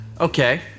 Okay